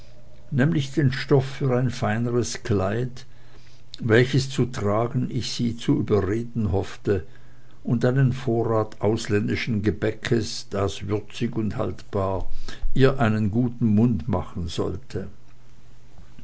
nämlich den stoff für ein feineres kleid welches zu tragen ich sie zu überreden hoffte und einen vorrat aus ländischen gebäckes das würzig und haltbar ihr einen guten mund machen sollte